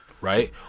right